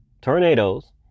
tornadoes